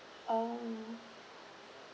um